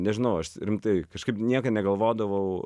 nežinau aš rimtai kažkaip niekad negalvodavau